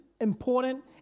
important